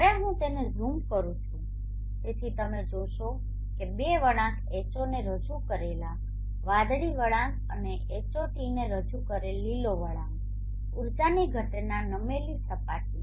અને જ્યારે હું તેને ઝૂમ કરું છું તેથી તમે જોશો કે બે બે વળાંક H0 ને રજૂ કરેલા વાદળી વળાંક અને Hot ને રજૂ કરેલો લીલો વળાંક ઉર્જાની ઘટના નમેલી સપાટી